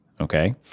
okay